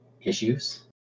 issues